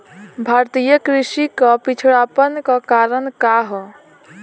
भारतीय कृषि क पिछड़ापन क कारण का ह?